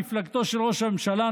מפלגתו של ראש הממשלה,